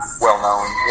Well-known